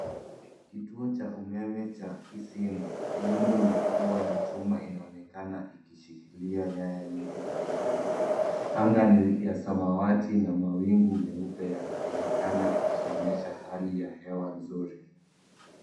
Kituo cha umeme cha Isinya; miundo mikubwa ya chuma inaonekana ikishikilia nyaya nyingi za umeme. Anga ni ya samawati na mawingu meupe yanaonekana, ikionyesha hali ya hewa nzuri.